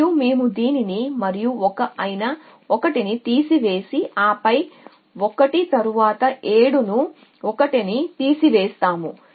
మరియు మేము దీనిని మరియు 1 అయిన 1 ను తీసివేసి ఆపై 1 తరువాత 7 ను 1 ను తీసివేస్తాము